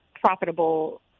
profitable